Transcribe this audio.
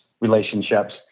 relationships